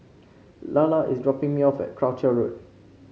Lalla is dropping me off at Croucher Road